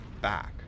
back